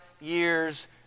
years